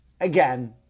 again